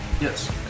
Yes